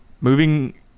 moving